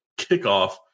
kickoff